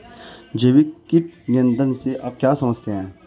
जैविक कीट नियंत्रण से आप क्या समझते हैं?